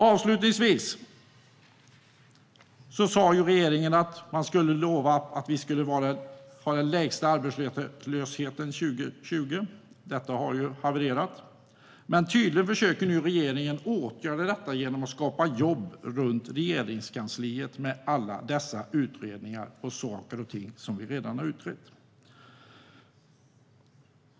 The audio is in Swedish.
Avslutningsvis: Regeringen lovade att vi skulle ha den lägsta arbetslösheten 2020. Detta har havererat. Men tydligen försöker nu regeringen åtgärda detta genom att skapa jobb runt Regeringskansliet med alla dessa utredningar om saker och ting som vi redan har utrett.